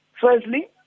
firstly